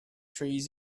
trees